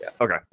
okay